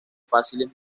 fáciles